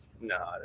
No